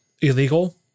illegal